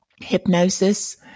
Hypnosis